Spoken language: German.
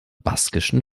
baskischen